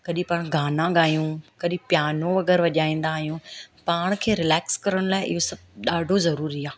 कॾहिं पाण गाना ॻाइयूं कॾहिं पियानो अगरि वॼाईंदा आहियूं पाण खे रिलेक्स करण लाइ इहो सभु ॾाढो ज़रूरी आहे